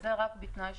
וזה רק בתנאי שמדווחים,